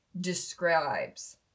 describes